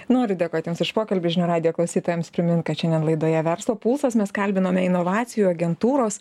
noriu dėkoti jums už pokalbį žinių radijo klausytojams primint kad šiandien laidoje verslo pulsas mes kalbinome inovacijų agentūros